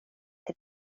till